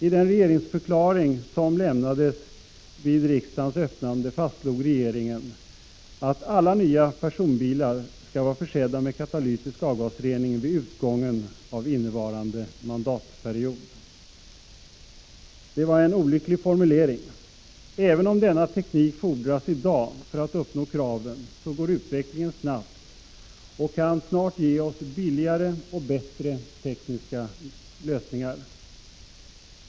I den regeringsförklaring som lämnades vid riksmötets öppnande fastslog regeringen att alla nya personbilar skall vara försedda med katalytisk avgasrening vid utgången av innevarande mandatperiod. Det var en olycklig formulering. Även om denna teknik fordras i dag för att vi skall uppnå kraven, går utvecklingen snabbt och kan snart ge oss billigare och bättre tekniska lösningar.